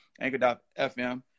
anchor.fm